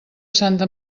santa